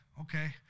okay